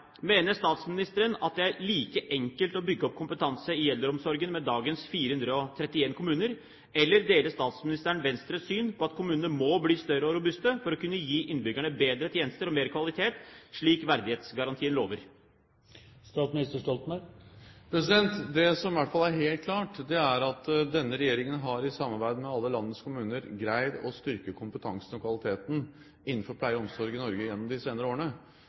like enkelt å bygge opp kompetansen i eldreomsorgen med dagens 431 kommuner, eller deler statsministeren Venstres syn at kommunene må bli større og mer robuste for å kunne gi innbyggerne bedre tjenester og mer kvalitet, slik verdighetsgarantien lover? Det som i hvert fall er helt klart, er at denne regjeringen, i samarbeid med alle landets kommuner, har greid å styrke kompetansen og kvaliteten innenfor pleie og omsorg i Norge gjennom de senere årene.